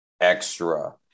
extra